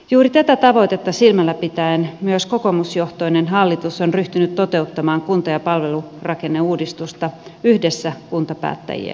juuri tätä tavoitetta silmällä pitäen myös kokoomusjohtoinen hallitus on ryhtynyt toteuttamaan kunta ja palvelurakenneuudistusta yhdessä kuntapäättäjien kanssa